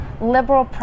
liberal